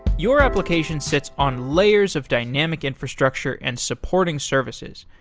your application sits on layers of dynamic infrastructure and supporting services.